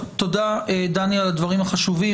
תודה, דני, על הדברים החשובים.